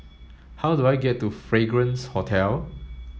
how do I get to Fragrance Hotel